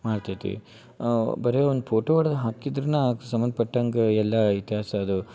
ಮಾಡ್ತತಿ ಬರೇ ಒಂದು ಪೋಟೊ ಹೊಡ್ದ ಹಾಕಿದ್ರನ ಅಕ್ ಸಂಬಂಧ್ಪಟ್ಟಂಗ ಎಲ್ಲ ಇತಿಹಾಸದು